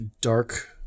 dark